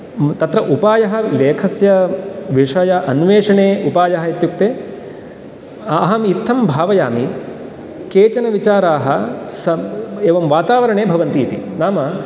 तत्र उपायः लेखस्य विषय अन्वेषणे उपायः इत्युक्ते अहम् इत्थं भावयामि केचन विचाराः एवं वातावरणे भवन्ति इति नाम